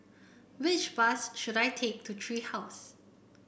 which bus should I take to Tree House